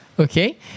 Okay